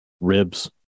ribs